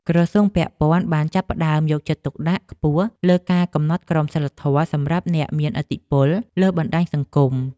ក្រសួងពាក់ព័ន្ធបានចាប់ផ្តើមយកចិត្តទុកដាក់ខ្ពស់លើការកំណត់ក្រមសីលធម៌សម្រាប់អ្នកមានឥទ្ធិពលលើបណ្តាញសង្គម។